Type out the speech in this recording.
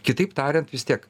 kitaip tariant vis tiek